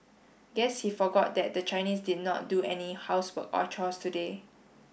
guess he forgot that the Chinese did not do any housework or chores today